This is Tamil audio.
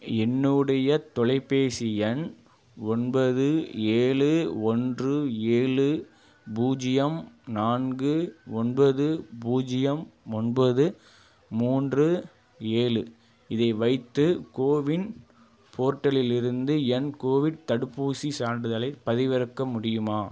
என்னுடைய தொலைபேசி எண் ஒன்பது ஏழு ஒன்று ஏழு பூஜ்ஜியம் நான்கு ஒன்பது பூஜ்ஜியம் ஒன்பது மூன்று ஏழு இதை வைத்து கோவின் போர்ட்டலில் இருந்து என் கோவிட் தடுப்பூசி சான்றிதழை பதிவிறக்க முடியுமா